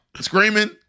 screaming